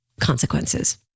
consequences